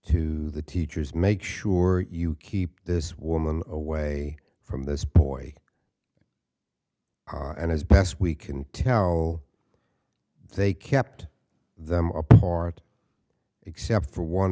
to the teachers make sure you keep this woman away from this boy and as best we can tell they kept them apart except for one